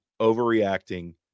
overreacting